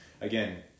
again